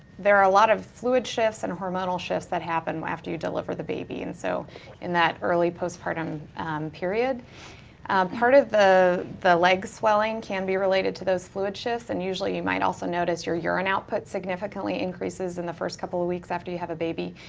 there are a lot of fluid shifts and hormonal shifts that happen after you deliver the baby and so in that early postpartum period part of the the leg swelling can be related to those fluid shifts, and usually you might also notice your urine output significantly increases in the first couple of weeks after you have a baby.